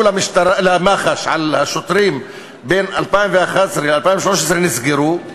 למח"ש על שוטרים בין 2011 ל-2013 נסגרו,